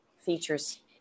features